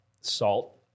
salt